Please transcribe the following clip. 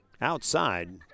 outside